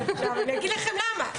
אני אגיד לכם למה,